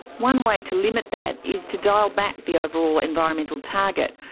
one way to limit that is to dial back the overall environmental target,